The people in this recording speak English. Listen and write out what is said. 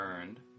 earned